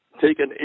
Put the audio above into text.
taken